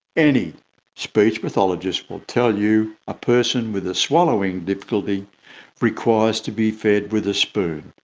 any speech pathologist will tell you a person with a swallowing difficulty requires to be fed with a spoon,